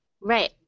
Right